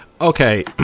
Okay